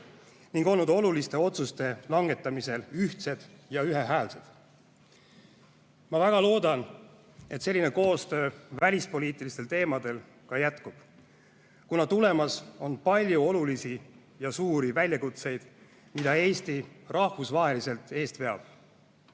ning olnud oluliste otsuste langetamisel ühtsed ja ühehäälsed! Ma väga loodan, et selline koostöö välispoliitilistel teemadel jätkub, kuna tulemas on palju olulisi ja suuri väljakutseid, mida Eesti rahvusvaheliselt eest veab. Enam